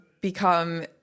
become